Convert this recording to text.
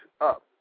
up